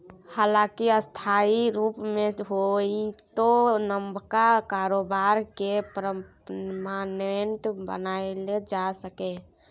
हालांकि अस्थायी रुप मे होइतो नबका कारोबार केँ परमानेंट बनाएल जा सकैए